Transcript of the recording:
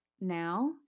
now